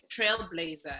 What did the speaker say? trailblazer